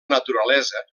naturalesa